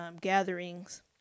gatherings